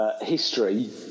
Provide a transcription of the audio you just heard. history